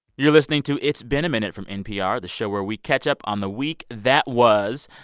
you're listening to it's been a minute from npr, the show where we catch up on the week that was.